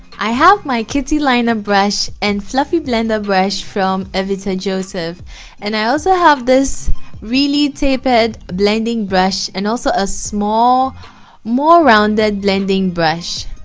i have my kitty liner brush and fluffy blending brush from evita joseph and i also have this really tapered blending brush and also a small more rounded blending brush